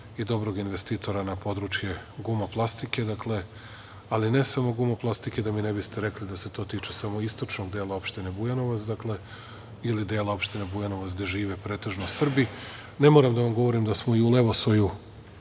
i dobrog investitora na područje „Guma plastike“, ali ne samo „Guma plastike“, da mi ne biste rekli da se to tiče samo istočnog dela opštine Bujanovac ili dela opštine Bujanovac gde žive pretežno Srbi. Ne moram da vam govorim da smo i u Levosoju